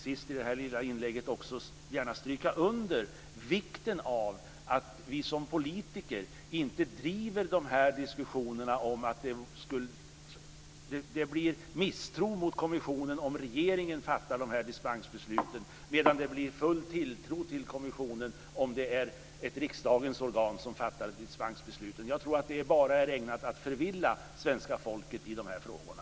Till sist i detta inlägg vill jag gärna stryka under vikten av att vi som politiker inte driver de här diskussionerna om att det blir misstro mot kommissionen om regeringen fattar dispensbesluten, medan det blir full tilltro till kommissionen om det är ett riksdagens organ som fattar dem. Jag tror att det bara är ägnat att förvilla svenska folket i de här frågorna.